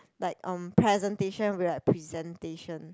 like um presentation we like presentation